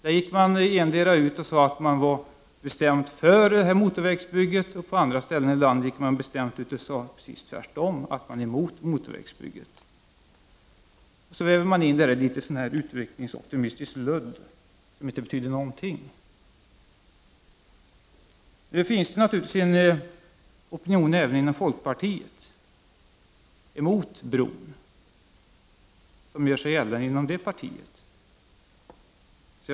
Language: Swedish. Man gick 37 på det ena stället ut och sade att man var för motorvägsbygget, och på andra håll i landet gick man ut och sade precis tvärtom, dvs. att man var emot motorvägsbygget. Sedan väver man in detta i litet utvecklingsoptimistiskt ludd som inte betyder någonting. Det finns naturligtvis en opinion mot bron som gör sig gällande även inom folkpartiet.